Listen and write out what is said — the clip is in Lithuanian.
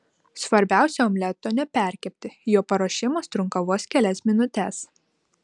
svarbiausia omleto neperkepti jo paruošimas trunka vos kelias minutes